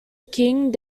king